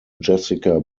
jessica